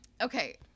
Okay